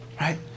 right